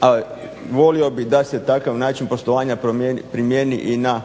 a volio bih da se takav način poslovanja primjeni i na